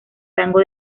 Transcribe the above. rango